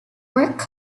worked